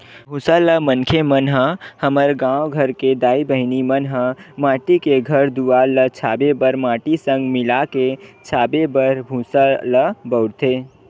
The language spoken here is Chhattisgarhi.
भूसा ल मनखे मन ह हमर गाँव घर के दाई बहिनी मन ह माटी के घर दुवार ल छाबे बर माटी संग मिलाके छाबे बर भूसा ल बउरथे